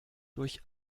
durch